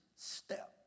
step